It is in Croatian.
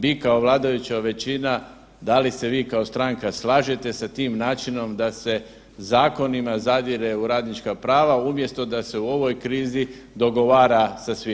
Vi kao vladajuća većina da li se vi kao stranka slažete sa tim načinom da se zakonom zadire u radnička prava, umjesto da se u ovoj krizi dogovara sa svima.